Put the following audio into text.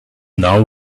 now